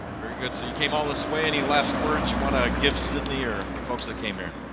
very good. so you came all this way. any last words you want to give sydney or the folks that came here